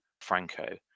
Franco